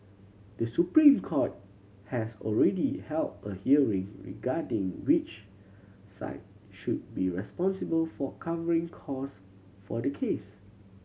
The Supreme Court has already held a hearing regarding which side should be responsible for covering cost for the case